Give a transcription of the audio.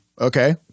okay